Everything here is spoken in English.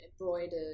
embroidered